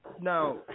Now